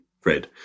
Fred